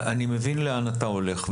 אני מבין לאן אתה הולך,